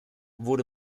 wurde